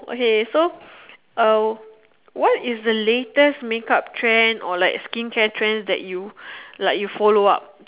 okay so uh what is the latest make up trend or like skincare trend that you like you follow up